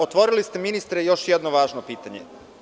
Otvorili ste, ministre, još jedno važno pitanje.